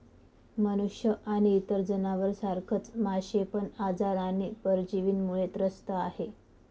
मनुष्य आणि इतर जनावर सारखच मासे पण आजार आणि परजीवींमुळे त्रस्त आहे